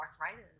arthritis